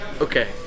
okay